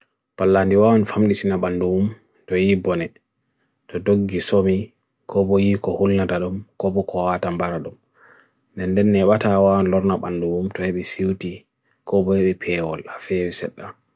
Pallandi waan famniti na bandoom to ii bonet, to do gisomi, ko bo ii ko hulnatadom, ko bo ko atan baradom. Nen den neba tha waan lorna bandoom to hebi suti, ko bo hebi payo ala, hebi setna.